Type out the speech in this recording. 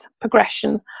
progression